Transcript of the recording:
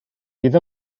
bydd